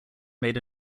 made